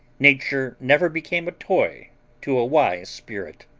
nature never became a toy to a wise spirit.